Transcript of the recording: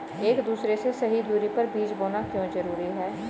एक दूसरे से सही दूरी पर बीज बोना क्यों जरूरी है?